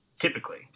Typically